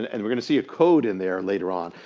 and and we're going to see a code in there later on.